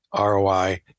ROI